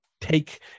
take